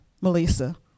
Melissa